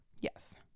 Yes